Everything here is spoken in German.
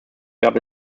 gab